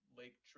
lake